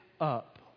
up